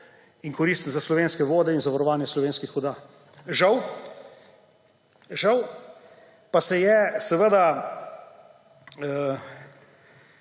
koristen za slovenske vode in za varovanje slovenskih voda. Žal pa so se v